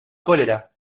cólera